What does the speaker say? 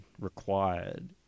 required